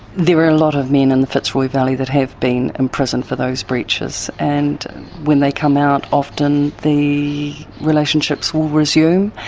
there are a lot of men in the fitzroy valley that has been imprisoned for those breaches. and when they come out often the relationships will resume,